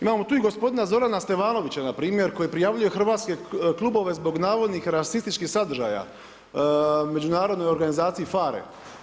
Imamo tu i gospodina Zorana Stevanovića, npr. koji prijavljuje hrvatske klubove zbog navodnih rasističkih sadržaja međunarodnoj organizaciji FARE.